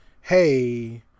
hey